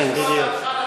כן, בדיוק.